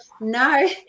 no